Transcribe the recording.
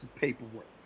paperwork